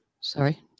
Sorry